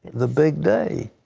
the big day.